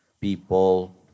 people